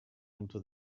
onto